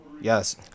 Yes